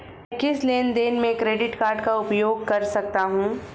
मैं किस लेनदेन में क्रेडिट कार्ड का उपयोग कर सकता हूं?